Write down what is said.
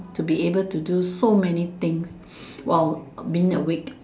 to be able to do so many things while been awake